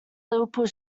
liverpool